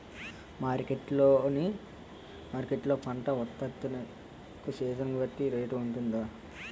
Market లొ పంట ఉత్పత్తి లకు సీజన్ బట్టి రేట్ వుంటుందా?